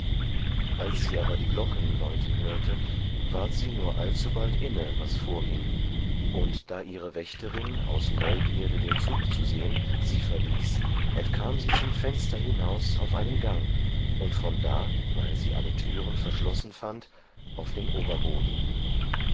als sie aber die glocken läuten hörte ward sie nur allzubald inne was vorging und da ihre wächterin aus neugierde den zug zu sehen sie verließ entkam sie zum fenster hinaus auf einen gang und von da weil sie alle türen verschlossen fand auf den oberboden